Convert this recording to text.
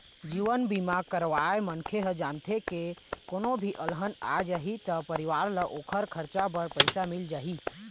जीवन बीमा करवाए मनखे ह जानथे के कोनो भी अलहन आ जाही त परिवार ल ओखर खरचा बर पइसा मिल जाही